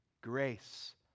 grace